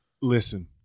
Listen